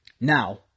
Now